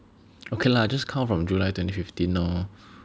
okay lah just count from July twenty fifteen lor